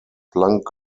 planck